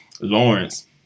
Lawrence